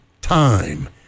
time